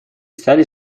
стали